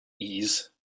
ease